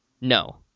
No